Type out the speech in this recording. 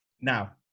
Now